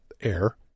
air